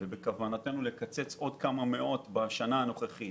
ופקידים וכוונתנו לקצץ עוד כמה מאות בשנה הקרובה